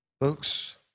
Folks